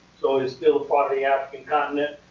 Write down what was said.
so it's still part of the african continent,